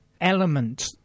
element